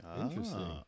interesting